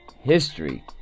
history